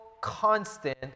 constant